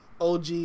OG